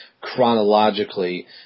chronologically